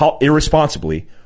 irresponsibly